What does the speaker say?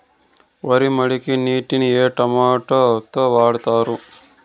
వరి మడికి నీటిని ఏ మోటారు తో వాడాలి?